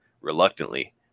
Reluctantly